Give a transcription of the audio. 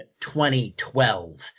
2012